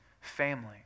family